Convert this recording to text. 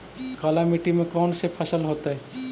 काला मिट्टी में कौन से फसल होतै?